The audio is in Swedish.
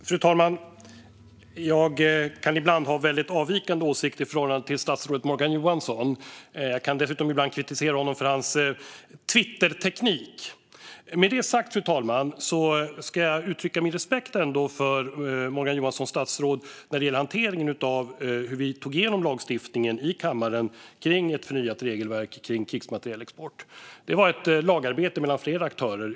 Fru talman! Jag kan ibland ha väldigt avvikande åsikter i förhållande till statsrådet Morgan Johansson. Jag kan dessutom ibland kritisera honom för hans Twitterteknik. Med det sagt ska jag ändå uttrycka min respekt för statsrådet Morgan Johanssons hantering av hur vi tog igenom lagstiftningen i kammaren om ett förnyat regelverk för krigsmaterielexport. Det var ett lagarbete mellan flera aktörer.